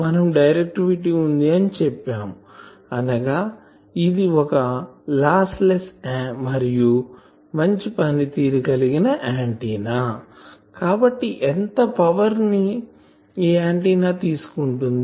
మనం డైరెక్టివిటి వుంది అని చెప్పాము అనగా ఇది ఒక లాస్ లెస్ ఆంటిన్నామరియు మంచి పనితీరు కలిగినిది కాబట్టి ఎంత పవర్ ని ఈ ఆంటిన్నా తీసుకుంటుంది